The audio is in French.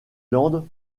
landes